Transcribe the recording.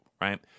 right